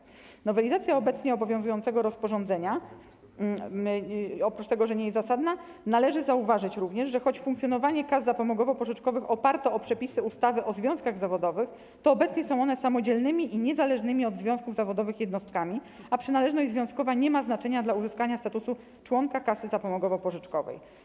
Oprócz tego, że nowelizacja obecnie obowiązującego rozporządzenia nie jest zasadna, należy zauważyć również, że choć funkcjonowanie kas zapomogowo-pożyczkowych oparto o przepisy ustawy o związkach zawodowych, to obecnie są one samodzielnymi i niezależnymi od związków zawodowych jednostkami, a przynależność związkowa nie ma znaczenia dla uzyskania statusu członka kasy zapomogowo-pożyczkowej.